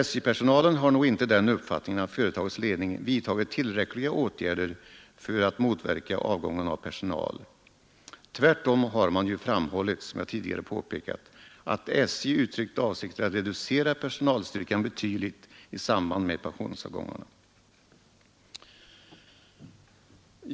SJ-personalen har nog inte den uppfattningen att företagets ledning vidtagit tillräckliga åtgärder för att motverka avgången av personal. Tvärtom har man framhållit, som jag tidigare påpekat, att SJ uttryckt avsikter att reducera personalstyrkan betydligt i samband med pensionsavgångarna.